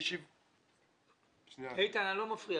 הייתי ראש